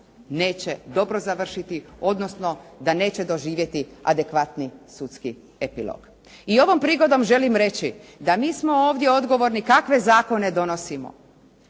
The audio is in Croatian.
neće dobro završiti, odnosno da neće doživjeti adekvatni sudski epilog. I ovom prigodom želim reći da mi smo ovdje odgovorni kakve zakone donosimo.